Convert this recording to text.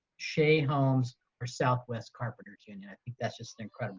shea homes or southwest carpenter's union. i think that's just an incredible